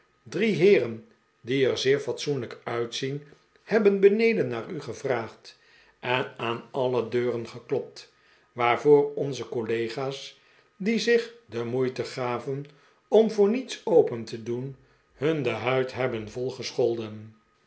drie heeren die er zeer fatsoenlijk uitzien hebben beneden naaru gevraagd en aan a'lle deuren geklopt waa'rvoor ohze collega's die zich de moeite gaven om voor niets open te do en hun de huid hebben vol gescholden